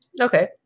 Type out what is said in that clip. Okay